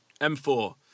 M4